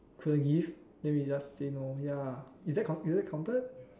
say give then we just say no ya is that is that counted